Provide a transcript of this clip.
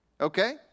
Okay